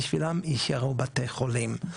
בשבילם יישארו בתי חולים.